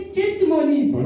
testimonies